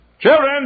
children